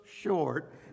short